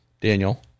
Daniel